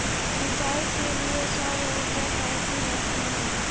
सिंचाई के लिए सौर ऊर्जा कैसी रहती है?